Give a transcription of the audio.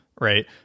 right